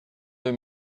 deux